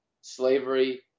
slavery